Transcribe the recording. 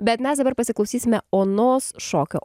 bet mes dabar pasiklausysime onos šokio